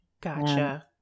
Gotcha